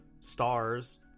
stars